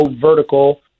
vertical